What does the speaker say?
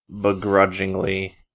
begrudgingly